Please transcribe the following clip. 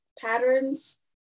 patterns